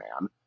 man